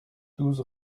douze